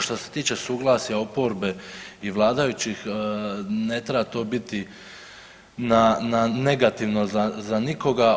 Šta se tiče suglasja oporbe i vladajućih, ne treba to biti na negativno za nikoga.